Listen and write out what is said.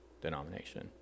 denomination